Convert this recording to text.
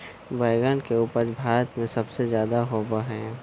बैंगन के उपज भारत में सबसे ज्यादा होबा हई